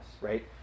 right